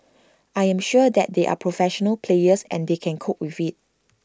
I am sure that they are professional players and they can cope with IT